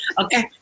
Okay